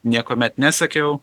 niekuomet nesekiau